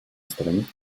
устранить